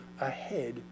ahead